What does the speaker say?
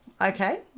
okay